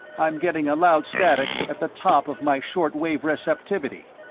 i'm getting a loud static at the top of my short wave receptivity.